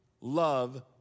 love